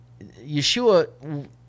Yeshua